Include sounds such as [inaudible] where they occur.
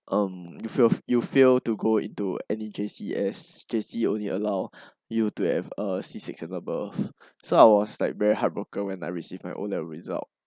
um you fail you fail to go into any J_C as J_C only allow [breath] you to have a C six and above [breath] so I was like very heartbroken when I received my O level result